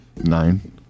Nine